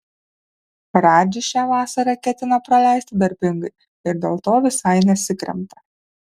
radži šią vasarą ketina praleisti darbingai ir dėl to visai nesikremta